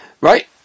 right